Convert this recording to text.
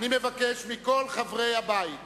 אני מבקש מכל חברי הבית,